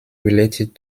related